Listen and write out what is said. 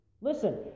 Listen